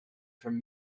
from